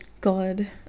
God